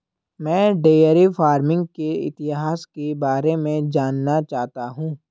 मैं dairy farming के इतिहास के बारे में जानना चाहता हूं